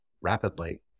rapidly